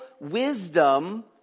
wisdom